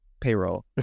payroll